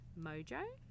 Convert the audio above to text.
mojo